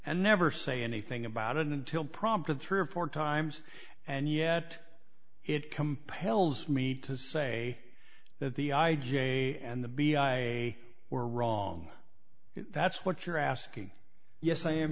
and never say anything about it until prompted three or four times and yet it compels me to say that the i j and the b i a were wrong that's what you're asking yes i am